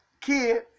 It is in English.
kid